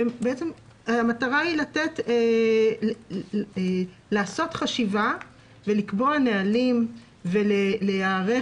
המטרה היא לעשות חשיבה ולקבוע נהלים ולהיערך